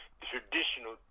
traditional